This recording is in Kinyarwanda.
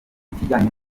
ikijyanye